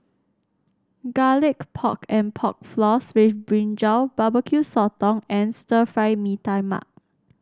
Garlic Pork and Pork Floss with brinjal Barbecue Sotong and Stir Fry Mee Tai Mak